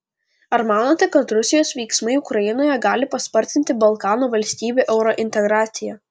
ar manote kad rusijos veiksmai ukrainoje gali paspartinti balkanų valstybių eurointegraciją